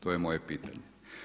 To je moje pitanje.